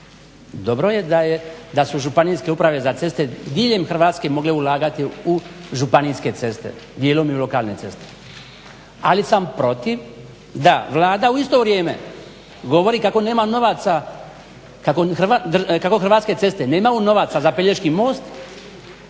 Dobro je da su ŽUC diljem Hrvatske mogle ulagati u županijske ceste dijelom i u lokalne ceste. Ali sam protiv da Vlada u isto vrijeme govori kako nema novaca, kako Hrvatske ceste nemaju novaca za Pelješki most